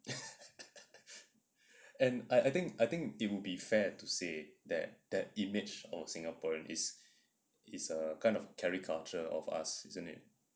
and I I think I think it'll be fair to say that that image or singaporean is is a kind of caricature of us isn't it